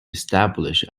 establish